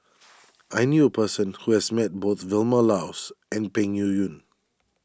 I knew a person who has met both Vilma Laus and Peng Yuyun